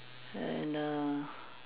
and err